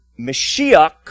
Mashiach